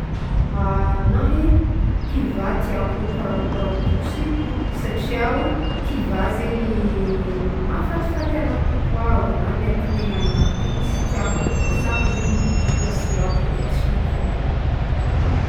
Agnahy e, kivà tiàko par rapport amy posy satrà ho kivà zegny mahafatifaty agnay kokoa o, na miaraky miaigna amignahy ake izy tiàko, fô saka zegny mikolikolasy loàtra de tsy mety amignahy.